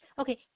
Okay